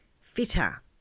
fitter